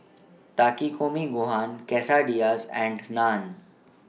Takikomi Gohan Quesadillas and Naan